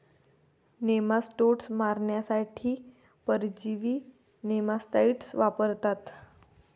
nematodes मारण्यासाठी परजीवी nematicides वापरतात